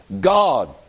God